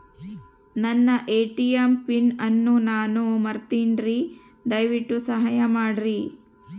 ನನ್ನ ATM PIN ಅನ್ನು ನಾನು ಮರಿತಿನ್ರಿ, ದಯವಿಟ್ಟು ಸಹಾಯ ಮಾಡ್ರಿ